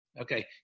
Okay